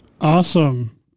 awesome